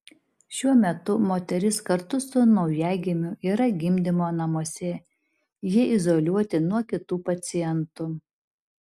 šiuo metu moteris kartu su naujagimiu yra gimdymo namuose jie izoliuoti nuo kitų pacientų